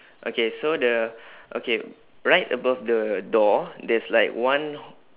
okay so the okay right above the door there's like one